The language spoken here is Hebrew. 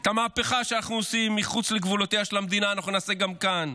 את המהפכה שאנחנו עושים מחוץ לגבולותיה של המדינה אנחנו נעשה גם כאן: